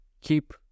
keep